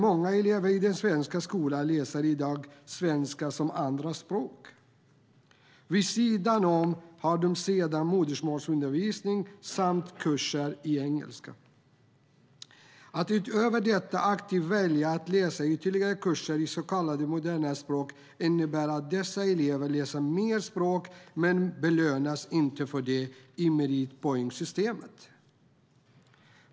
Många elever i den svenska skolan läser i dag svenska som andraspråk. Vid sidan av har de sedan modersmålsundervisning samt kurser i engelska. Att utöver detta aktivt välja att läsa ytterligare kurser i så kallade moderna språk innebär att dessa elever läser mer språk men belönas inte för det i meritpoängssystemet.